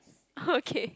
okay